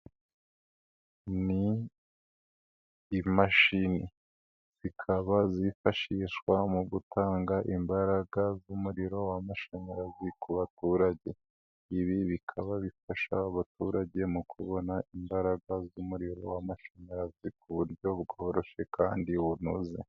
Ni imashini zikaba zifashishwa mu gutanga imbaraga z'umuriro w'amashanyarazi ku baturage. Ibi bikaba bifasha abaturage mu kubona imbaraga z'umuriro w'amashanyarazi ku buryo bworoshye kandi bunoze.